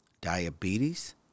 diabetes